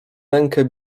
rękę